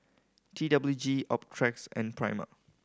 T W G Optrex and Prima